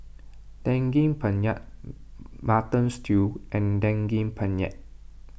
Daging Penyet Mutton Stew and Daging Penyet